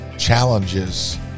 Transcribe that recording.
challenges